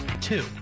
Two